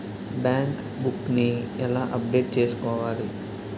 Bank book నీ ఎలా update చేసుకోవాలి?